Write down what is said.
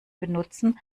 benutzen